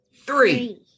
three